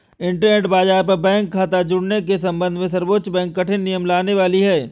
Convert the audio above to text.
internet बाज़ार पर bank खता जुड़ने के सम्बन्ध में सर्वोच्च बैंक कठिन नियम लाने वाली है